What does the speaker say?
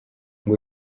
ngo